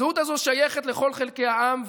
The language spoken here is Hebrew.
הזהות הזו שייכת לכל חלקי העם,